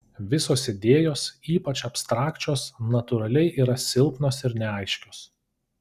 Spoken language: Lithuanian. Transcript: visos idėjos ypač abstrakčios natūraliai yra silpnos ir neaiškios